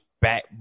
back